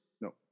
No